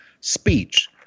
speech